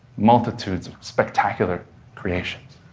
multitudes of spectacular creations.